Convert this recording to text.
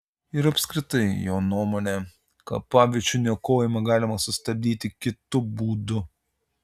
ir apskritai jo nuomone kapaviečių niokojimą galima sustabdyti kitu būdu